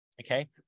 okay